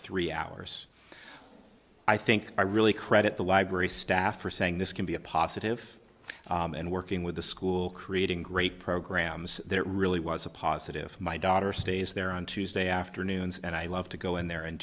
three hours i think i really credit the library staff for saying this can be a positive and working with the school creating great programs there really was a positive my daughter stays there on tuesday afternoon and i love to go in there and